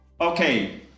Okay